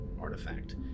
artifact